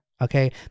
okay